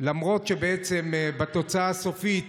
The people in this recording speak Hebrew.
למרות שבתוצאה הסופית